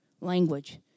language